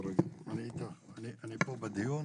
אני פה בדיון,